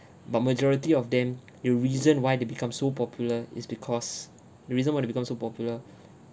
but majority of them the reason why they become so popular is because the reason why they become so popular